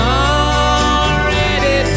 already